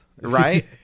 Right